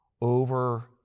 over